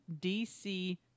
DC